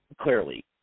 clearly